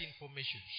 information